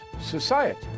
society